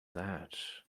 that